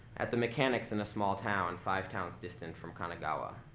at the mechanics in a small town, five towns distant from kanagawa,